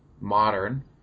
Modern